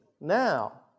now